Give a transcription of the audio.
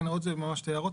כן, עוד שתי הערות.